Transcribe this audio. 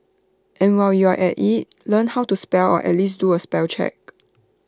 and while you're at IT learn how to spell or at least do A spell check